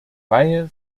reihe